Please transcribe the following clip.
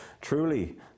truly